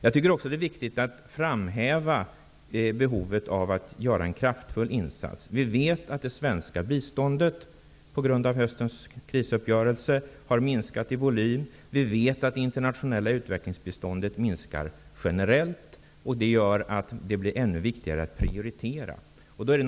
Jag tycker också att det är viktigt att framhäva behovet av att göra en kraftfull insats. Vi vet att det svenska biståndet på grund av höstens krisuppgörelse har minskat i volym, och vi vet att det internationella utvecklingsbiståndet minskar generellt, vilket gör att det blir ännu viktigare att prioritera.